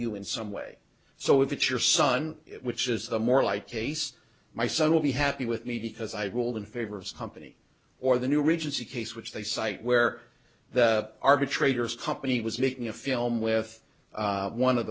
you in some way so if it's your son which is the more like ace my son will be happy with me because i ruled in favor of company or the new regency case which they cite where the arbitrators company was making a film with one of